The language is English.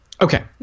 Okay